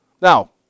Now